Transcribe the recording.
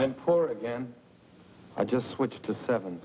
i'm poor again i just switched to seven